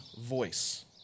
voice